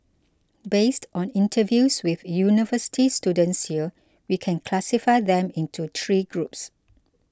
based on interviews with university students here we can classify them into three groups